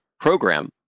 program